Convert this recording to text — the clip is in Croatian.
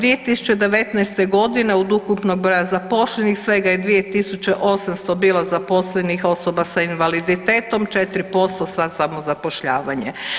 2019.g. od ukupnog broja zaposlenih svega je 2.800 bilo zaposlenih osoba sa invaliditetom, 4% za samozapošljavanje.